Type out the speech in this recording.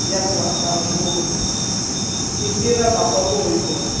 ᱦᱩᱭᱟᱫ ᱠᱚᱭᱟ ᱟᱨ ᱩᱱᱠᱩ ᱠᱤᱰᱱᱤᱨᱮ ᱯᱟᱛᱷᱚᱨ ᱠᱚ ᱦᱩᱭ ᱠᱚ ᱠᱟᱱᱟ